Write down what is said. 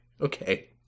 Okay